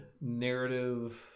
narrative